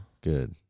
Good